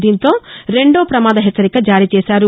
దీంతో రెండో పమాద హెచ్చరిక జారీ చేశారు